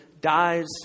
dies